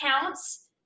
counts